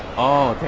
oh,